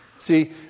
See